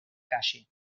calle